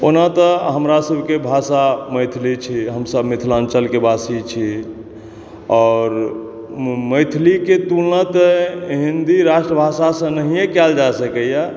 ओना तऽ हमरा सबके भाषा मैथिली छी हमसब मिथिलाञ्चल के वासी छी आओर मैथिली के तुलना तऽ हिन्दी राष्ट्रभाषा से नहिए कयल जा सकैया